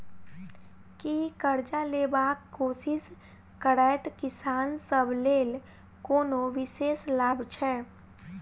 की करजा लेबाक कोशिश करैत किसान सब लेल कोनो विशेष लाभ छै?